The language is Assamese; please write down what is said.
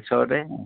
ওচৰতে